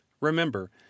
Remember